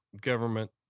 government